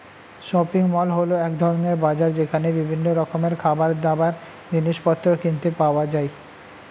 shopping mall হল এক ধরণের বাজার যেখানে বিভিন্ন রকমের খাবারদাবার, জিনিসপত্র কিনতে পাওয়া যায়